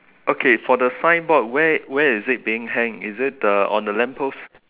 okay for the signboard where where is it being hang is it uh on the lamp post